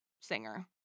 singer